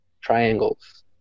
triangles